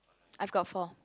I've got four